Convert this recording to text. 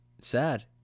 Sad